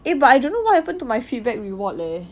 eh but I don't know what happened to my feedback reward leh